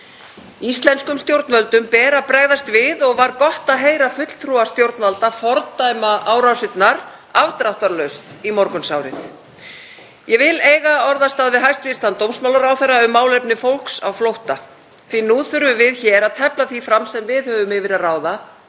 Íslenskum stjórnvöldum ber að bregðast við og var gott að heyra fulltrúa stjórnvalda fordæma árásirnar afdráttarlaust í morgunsárið. Ég vil eiga orðastað við hæstv. dómsmálaráðherra um málefni fólks á flótta því að nú þurfum við að tefla því fram sem við höfum yfir að ráða;